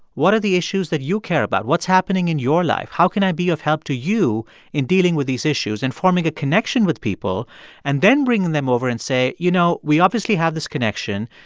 what are the issues that you care about? what's happening in your life? how can i be of help to you in dealing with these issues and forming a connection with people and then bringing them over and say, you know, we obviously have this connection,